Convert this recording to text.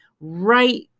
right